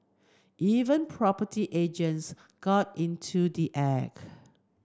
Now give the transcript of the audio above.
even property agents got into the act